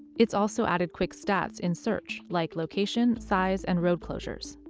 it's also added quick stats in search like location, size and road closures.